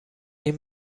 این